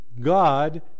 God